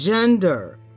gender